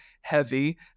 heavy